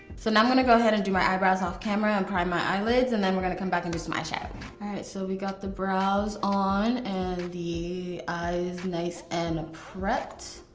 so now i'm gonna go ahead and do my eyebrows off camera and prime my eyelids and then we're gonna come back and do some eyeshadow. alright so we got the brows on and the eyes nice and prepped.